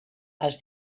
els